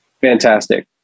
Fantastic